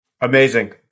Amazing